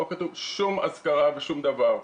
אין שום הזכרה ושום דבר.